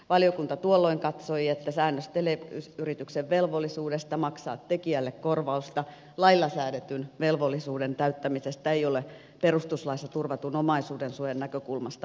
valiokunta tuolloin katsoi että säännös teleyrityksen velvollisuudesta maksaa tekijälle korvausta lailla säädetyn velvollisuuden täyttämisestä ei ole perustuslaissa turvatun omaisuudensuojan näkökulmasta oikeansuhtaista